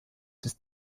des